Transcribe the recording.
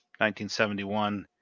1971